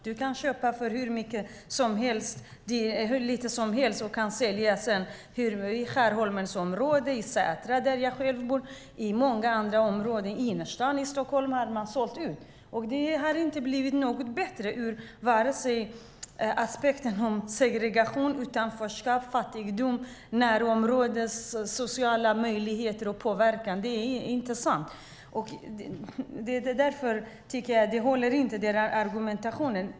Du kan köpa för hur mycket som helst och sedan sälja, i Skärholmen, i Sätra, där jag själv bor, och i många andra områden. I innerstaden i Stockholm har man sålt ut. Det har inte blivit bättre ur aspekter som segregation, utanförskap, fattigdom eller närområdets sociala möjligheter och påverkan. Därför håller inte er argumentation.